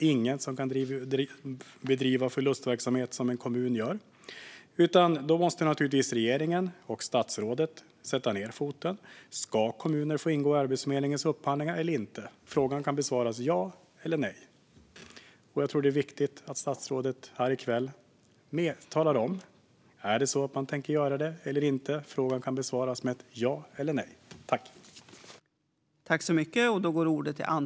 Ingen kan bedriva förlustverksamhet som en kommun. Därför måste regeringen och statsrådet sätta ned foten. Ska kommuner få ingå i Arbetsförmedlingens upphandlingar eller inte? Frågan kan besvaras med ett ja eller ett nej. Det är viktigt att statsrådet här i kväll talar om huruvida man tänker göra detta eller inte. Frågan kan besvaras med ett ja eller ett nej.